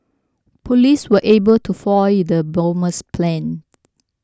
police were able to foil the bomber's plans